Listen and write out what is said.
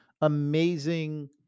amazing